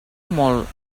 molt